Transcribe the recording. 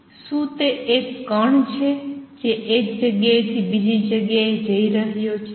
શું તે એક કણ છે જે એક જગ્યાએથી બીજી જગ્યાએ જઈ રહ્યો છે